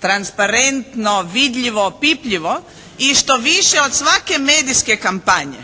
transparentno, vidljivo, opipljivo. I što više od svake medijske kampanje